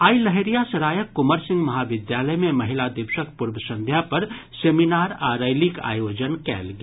आइ लहेरियासरायक कुंवर सिंह महाविद्यालय मे महिला दिवसक पूर्व संध्या पर सेमिनार आ रैलीक आयोजन कयल गेल